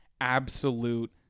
absolute